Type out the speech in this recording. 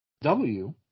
W